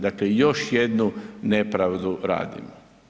Dakle, još jednu nepravdu radimo.